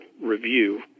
review